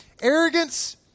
Arrogance